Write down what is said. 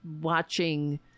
watching